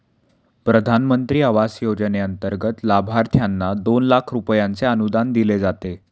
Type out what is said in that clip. प्रधानमंत्री आवास योजनेंतर्गत लाभार्थ्यांना दोन लाख रुपयांचे अनुदान दिले जाते